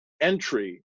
entry